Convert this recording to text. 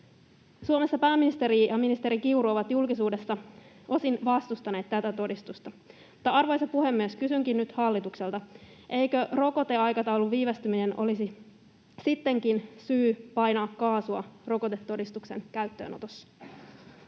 Suomessa pääministeri ja ministeri Kiuru ovat julkisuudessa osin vastustaneet tätä todistusta. Arvoisa puhemies! Kysynkin nyt hallitukselta: eikö rokoteaikataulun viivästyminen olisi sittenkin syy painaa kaasua rokotetodistuksen käyttöönotossa?